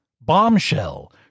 Bombshell